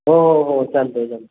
हो हो हो चालतं आहे चालतं आहे